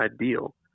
ideal